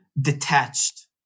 detached